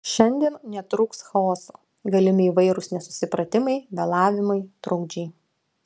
šiandien netrūks chaoso galimi įvairūs nesusipratimai vėlavimai trukdžiai